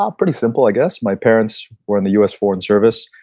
ah pretty simple, i guess. my parents were in the us foreign service.